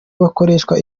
bakoreshwa